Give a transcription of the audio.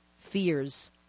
fears